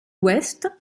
ouest